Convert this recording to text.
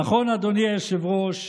נכון, אדוני היושב-ראש.